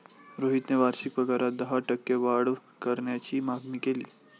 रोहितने वार्षिक पगारात दहा टक्के वाढ करण्याची मागणी केली